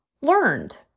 Learned